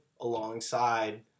alongside